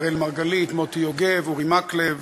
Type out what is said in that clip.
אראל מרגלית, מוטי יוגב, אורי מקלב,